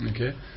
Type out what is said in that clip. Okay